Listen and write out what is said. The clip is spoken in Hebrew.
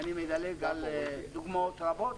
אני מדלג על דוגמאות רבות,